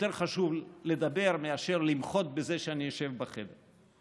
שיותר חשוב לדבר מאשר למחות בזה שאני אשב בחדר.